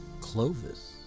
Clovis